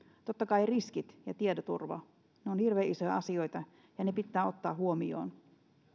totta kai riskit ja tietoturva ovat hirveän isoja asioita ja ne pitää ottaa huomioon